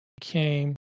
came